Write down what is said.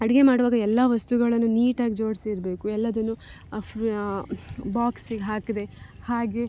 ಅಡುಗೆ ಮಾಡುವಾಗ ಎಲ್ಲ ವಸ್ತುಗಳನ್ನು ನೀಟಾಗಿ ಜೋಡಿಸಿರ್ಬೇಕು ಎಲ್ಲದನ್ನು ಪ್ರ ಬಾಕ್ಸಿಗೆ ಹಾಕದೆ ಹಾಗೇ